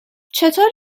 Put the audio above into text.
چطور